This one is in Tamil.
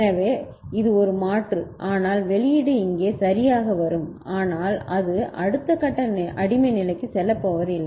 எனவே இது ஒரு மாற்று ஆனால் வெளியீடு இங்கே சரியாக வரும் ஆனால் அது அடுத்த கட்ட அடிமை நிலைக்கு செல்லப்போவதில்லை